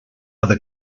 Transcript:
other